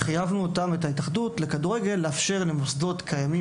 חייבנו את ההתאחדות לכדורגל לאפשר למוסדות קיימים,